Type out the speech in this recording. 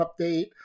update